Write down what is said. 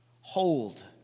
Hold